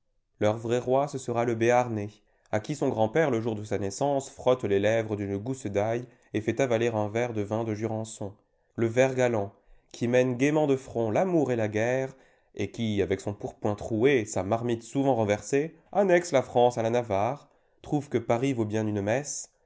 leur vrai roi ce sera le béarnais à qui son grand-père le jour de sa naissance frotte les lèvres d'une gousse d'ail et fait avaler un verre de vin de jurançon le vert galant qui mène gaîment de front l'amour et la guerre et qui avec son pourpoint troué sa marmite souvent renversée annexe la f rance à la navarre trouve que paris vaut bien une messe